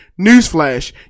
Newsflash